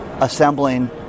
assembling